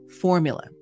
Formula